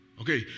okay